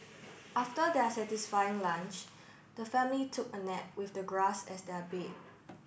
after their satisfying lunch the family took a nap with the grass as their bed